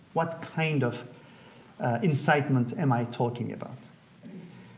what kind of incitement am i talking about?